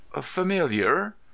familiar